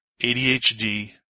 ADHD